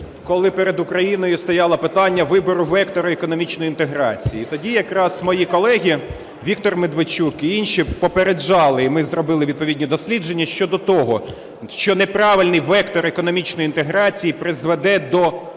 коли перед Україною стояло питання вибору вектору економічної інтеграції. І тоді якраз мої колеги Віктор Медведчук і інші попереджали, і ми зробили відповідні дослідження, щодо того, що неправильний вектор економічної інтеграції призведе до